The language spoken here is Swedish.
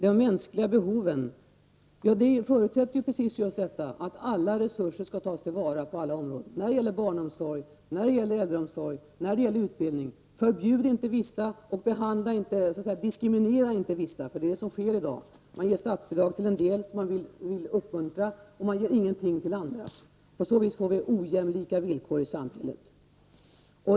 De mänskliga behoven förutsätter att alla resurser skall tas till vara på alla områden när det gäller barnomsorgen, äldreomsorgen och utbildningen. Förbjud inte vissa, och diskriminera inte vissa. Det är det som sker i dag. Man ger statsbidrag till dem som man vill uppmuntra, och man ger ingenting till andra. På så vis blir det ojämlika villkor i samhället.